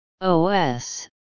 OS